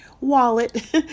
wallet